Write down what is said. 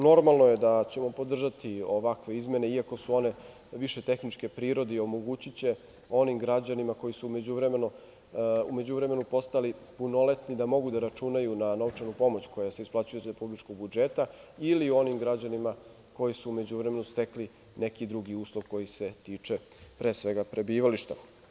Normalno je da ćemo podržati ovakve izmene iako su one više tehničke prirode i omogućiće onim građanima koji su u međuvremenu postali punoletni da mogu da računaju na novčanu pomoć koja se isplaćuje iz republičkog budžeta ili onim građanima koji su u međuvremenu stekli neki drugi uslov koji se tiče pre svega prebivališta.